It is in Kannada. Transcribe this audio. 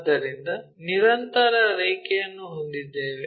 ಆದ್ದರಿಂದ ನಿರಂತರ ರೇಖೆಯನ್ನು ಹೊಂದಿದ್ದೇವೆ